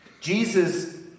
Jesus